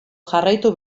jarraitu